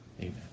Amen